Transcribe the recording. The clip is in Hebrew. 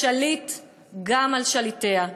השליט גם על שליטיה".